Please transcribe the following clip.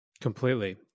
Completely